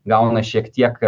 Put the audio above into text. gauna šiek tiek